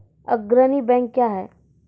अग्रणी बैंक क्या हैं?